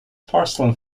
porcelain